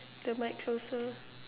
the mic closer